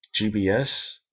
GBS